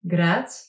Grać